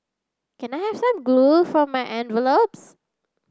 can I have some glue for my envelopes